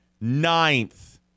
ninth